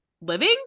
living